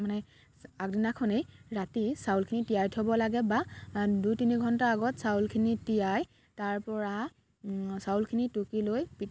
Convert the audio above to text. মানে আগদিনাখনেই ৰাতি চাউলখিনি তিয়াই থ'ব লাগে বা দুই তিনি ঘণ্টা আগত চাউলখিনি তিয়াই তাৰ পৰা চাউলখিনি টুকি লৈ পিঠ